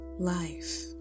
Life